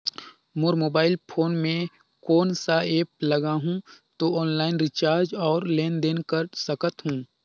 मोर mobile phone मे कोन सा एप्प लगा हूं तो ऑनलाइन रिचार्ज और लेन देन कर सकत हू?